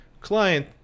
client